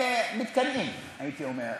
הם מתקנאים, הייתי אומר.